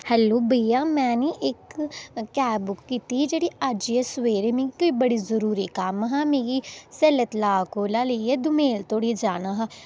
hello भइया में नी इक कैब बुक्क कीती ही जेह्ड़ी अज्ज गै सबेरे मिगी कोई जरूरी कम्म हा मिगी सैल्ले तलाऽ कोला लेइयै दोमेल तोड़ी जाना हा